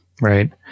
right